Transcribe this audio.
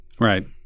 Right